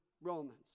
Romans